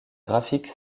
graphique